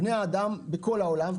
בני אדם בכל העולם,